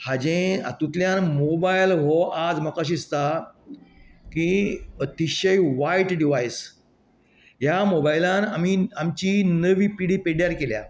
हाजे हातूंतल्यान मोबायल हो आज म्हाका अशें दिसता की अतिशय वायट डिवायस ह्या मोबायलान आमी आमची नवी पिढी पिड्ड्यार केल्या